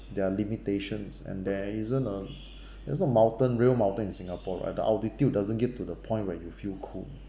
there are limitations and there isn't a there's no mountain real mountain in singapore right the altitude doesn't give to the point where you feel cool